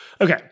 Okay